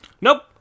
Nope